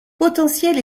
potentiel